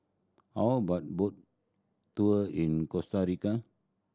how about boat tour in Costa Rica